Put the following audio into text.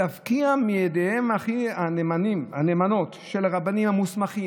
להפקיע מידיהם הכי הנאמנות של הרבנים המוסמכים,